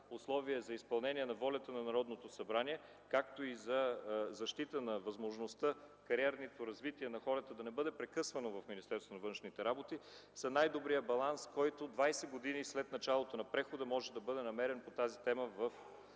условия за изпълнение на волята на Народното събрание, както и за защита на възможността кариерното развитие на хората да не бъде прекъсвано в Министерството на външните работи, са най-добрият баланс, който 20 години след началото на прехода може да бъде намерен по тази тема в